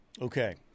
Okay